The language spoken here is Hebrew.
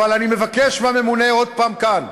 אבל אני מבקש מהממונה עוד הפעם כאן,